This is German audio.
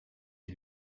die